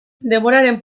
denboraren